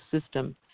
system